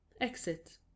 exit